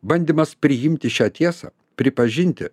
bandymas priimti šią tiesą pripažinti